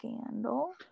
scandal